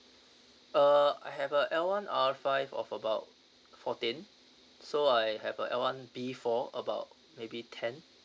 uh I have a L one R five of about fourteen so I have a L one B four about maybe ten